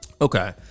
Okay